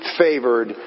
favored